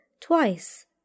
twice